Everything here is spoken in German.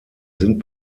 sind